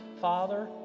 Father